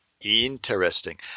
Interesting